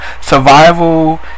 survival